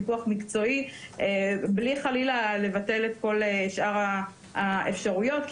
פיקוח מקצועי בלי חלילה לבטל את שאר האפשרויות.